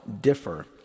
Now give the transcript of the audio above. differ